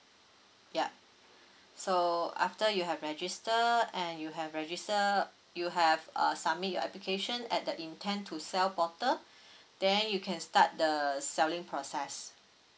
yup so after you have registered and you have registered you have uh submit your application at the intent to sale portal then you can start the selling process